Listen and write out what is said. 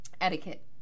etiquette